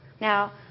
Now